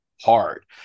Hard